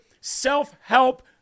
self-help